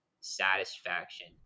Satisfaction